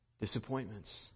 disappointments